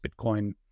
Bitcoin